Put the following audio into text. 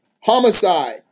Homicide